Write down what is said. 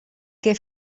que